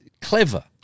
clever